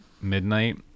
midnight